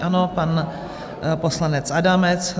Ano, pan poslanec Adamec.